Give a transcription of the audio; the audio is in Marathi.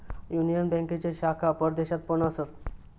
युनियन बँकेचे शाखा परदेशात पण असत